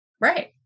Right